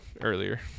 earlier